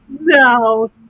No